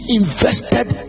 invested